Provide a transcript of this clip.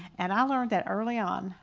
and i learned that early on,